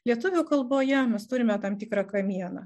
lietuvių kalboje mes turime tam tikrą kamieną